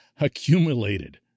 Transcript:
accumulated